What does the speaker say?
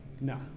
No